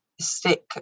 stick